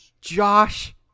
Josh